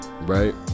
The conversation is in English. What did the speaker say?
right